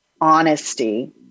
honesty